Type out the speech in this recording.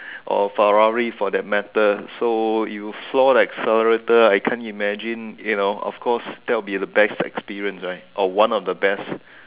or Ferrari for that matter so if you flaw the accelerator I can't imagine you know of course that would be the best experience right or one of the best